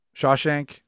Shawshank